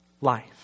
life